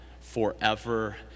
forever